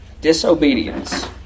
disobedience